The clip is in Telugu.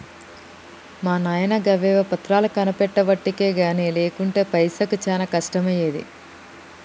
మా నాయిన గవేవో పత్రాలు కొనిపెట్టెవటికె గని లేకుంటెనా పైసకు చానా కష్టమయ్యేది